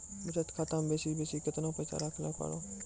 बचत खाता म बेसी से बेसी केतना पैसा रखैल पारों?